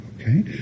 okay